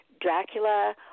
Dracula